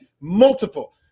multiple